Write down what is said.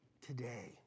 today